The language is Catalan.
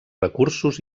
recursos